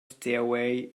stairway